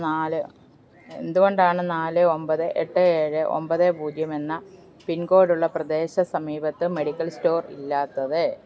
നാല് എന്തുകൊണ്ടാണ് നാല് ഒമ്പത് എട്ട് ഏഴ് ഒമ്പത് പൂജ്യം എന്ന പിൻ കോഡുള്ള പ്രദേശ സമീപത്ത് മെഡിക്കൽ സ്റ്റോർ ഇല്ലാത്തത്